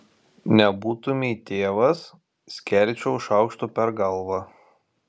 nebūtumei tėvas skelčiau šaukštu per galvą